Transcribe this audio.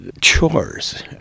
chores